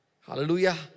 Hallelujah